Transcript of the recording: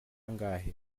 angahe